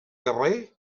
guerrer